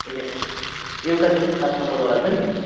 ए ए एउटा जुन सात नम्बरवाला छ नि